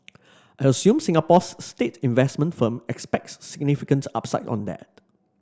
I assume Singapore's state investment firm expects significant upside on that